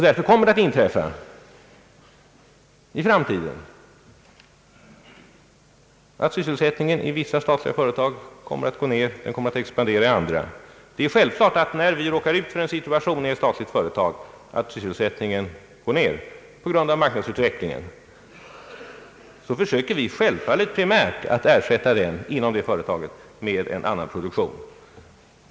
Därför kommer det i framtiden att inträffa att sysselsättningen minskar i vissa statliga företag men expanderar i andra. När vi i ett statligt företag råkar ut för att sysselsättningen går ned söker vi självfallet primärt att ersätta den inom det företaget med en annan produktion.